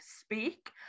speak